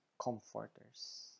comforters